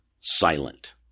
silent